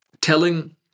telling